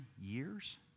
years